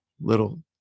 little